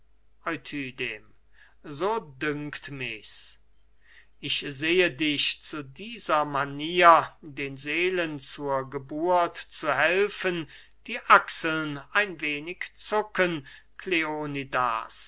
ich sehe dich zu dieser manier den seelen zur geburt zu helfen die achseln ein wenig zucken